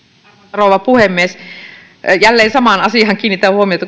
rouva puhemies jälleen samaan asiaan kiinnitän huomiota kuin